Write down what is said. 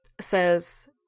says